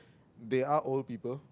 they are old people